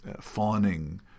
fawning